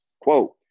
Quote